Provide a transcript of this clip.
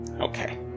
Okay